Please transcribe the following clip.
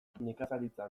nekazaritza